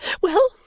Well